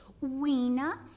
Weena